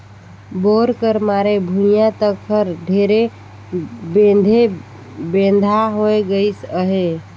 bore कर मारे भुईया तक हर ढेरे बेधे बेंधा होए गइस अहे